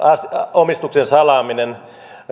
omistuksen salaamisen